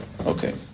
Okay